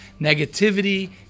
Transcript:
negativity